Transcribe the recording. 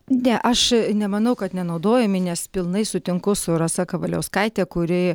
ne aš nemanau kad nenaudojami nes pilnai sutinku su rasa kavaliauskaite kuri